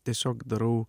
tiesiog darau